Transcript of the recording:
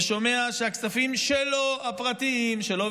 ושומע שהכספים הפרטיים שלו,